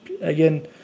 Again